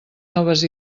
noves